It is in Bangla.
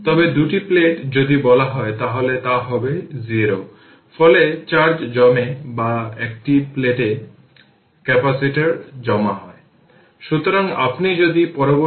সেক্ষেত্রে ভোল্টেজ হবে 90 কারণ এখানে কোন কারেন্ট প্রবাহিত হচ্ছে না এটি ওপেন সার্কিট এবং 9016 অর্থাৎ 15 ভোল্ট